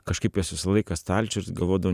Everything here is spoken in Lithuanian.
kažkaip jos visą laiką stalčiuj ir galvodavau